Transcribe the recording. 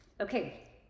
Okay